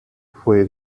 fue